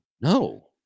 no